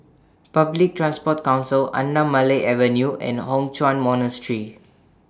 Public Transport Council Anamalai Avenue and Hock Chuan Monastery